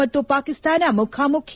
ಮತ್ತು ಪಾಕಿಸ್ತಾನ ಮುಖಾಮುಖಿ